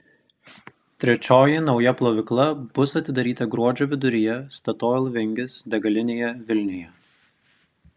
trečioji nauja plovykla bus atidaryta gruodžio viduryje statoil vingis degalinėje vilniuje